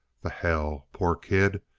the hell! poor kid.